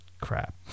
Crap